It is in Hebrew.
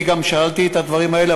אני גם שאלתי את הדברים האלה,